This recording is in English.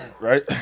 Right